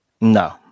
No